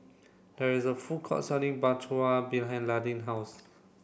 there is a food court selling Bratwurst behind Landin house